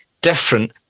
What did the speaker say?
different